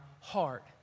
heart